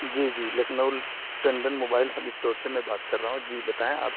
جی جی Lucknow Tandon mobile hub store سے میں بات کر رہا ہوں جی بتائیں آپ